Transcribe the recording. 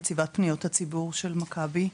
נציבת פניות הציבור של מכבי,